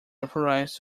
authorised